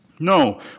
No